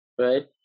right